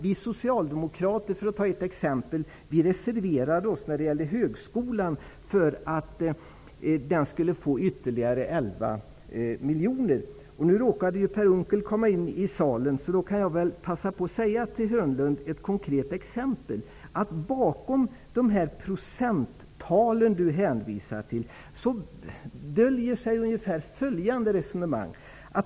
Vi socialdemokrater har reserverat oss för att högskolan skulle få ytterligare 11 miljoner, för att ta ett exempel. Jag ser att Per Unckel råkade komma in i salen nu. Då kan jag passa på att nämna ett konkret exempel för Börje Hörnlund hänvisar till döljer sig följande resonemang.